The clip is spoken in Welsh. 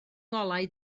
ngolau